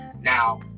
Now